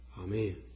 Amen